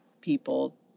people